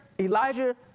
Elijah